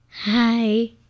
Hi